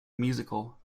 musical